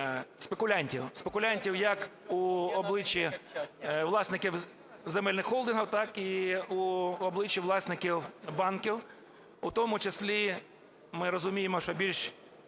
спекулянтів. Спекулянтів як у обличчі власників земельних холдингів, так і в обличчі власників банків. У тому числі ми розуміємо, що більше